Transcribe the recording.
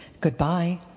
Goodbye